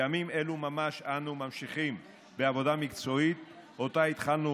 בימים אלו ממש אנו ממשיכים בעבודה מקצועית שאותה התחלנו